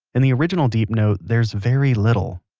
in the original deep note there's very little.